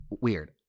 weird